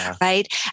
right